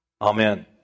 Amen